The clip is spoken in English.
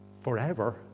forever